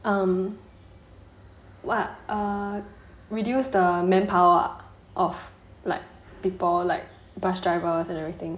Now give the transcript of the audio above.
um what uh reduce the manpower of like people like bus drivers and everything